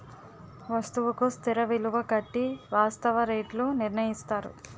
వస్తువుకు స్థిర విలువ కట్టి వాస్తవ రేట్లు నిర్ణయిస్తారు